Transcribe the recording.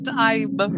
time